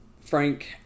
frank